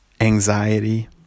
anxiety